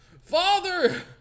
Father